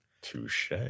Touche